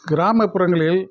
கிராமப்புறங்களில்